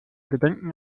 gedenken